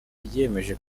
ryiyemeje